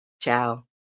Ciao